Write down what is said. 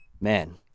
Man